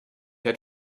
had